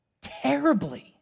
terribly